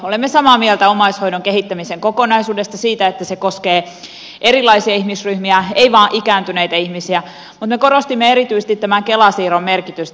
olemme samaa mieltä omaishoidon kehittämisen kokonaisuudesta siitä että se koskee erilaisia ihmisryhmiä ei vain ikääntyneitä ihmisiä mutta me korostimme erityisesti tämän kela siirron merkitystä